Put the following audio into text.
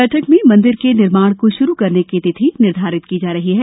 बैठक में मंदिर के निर्माण को शुरू करने की तिथि निर्धारित की जा सकती है